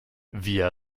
via